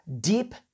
deep